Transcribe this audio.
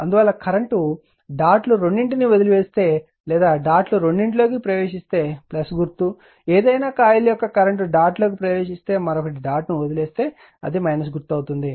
అందువల్ల current dot లు రెండింటినీ వదిలివేస్తే లేదా డాట్ లు రెండింటి లోకి ప్రవేశిస్తే గుర్తు ఏదైనా కాయిల్ యొక్క కరెంట్ డాట్ లోకి ప్రవేశిస్తే మరొకటి డాట్ ను వదిలి వెళ్తే అది గుర్తు అవుతుంది